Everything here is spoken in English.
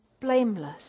blameless